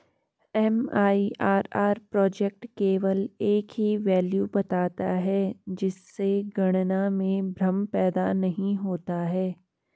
MIRR project केवल एक ही वैल्यू बताता है जिससे गणना में भ्रम पैदा नहीं होता है